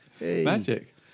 magic